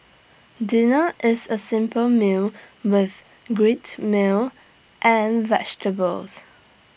dinner is A simple meal with grilled meal and vegetables